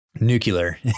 nuclear